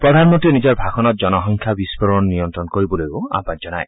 প্ৰধানমন্তীয়ে নিজৰ ভাষণত জনসংখ্যা বিস্ফোৰণ নিয়ন্ত্ৰণ কৰিবলৈও আহবান জনায়